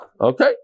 Okay